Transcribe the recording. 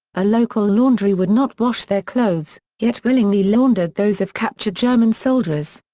a local laundry would not wash their clothes yet willingly laundered those of captured german soldiers.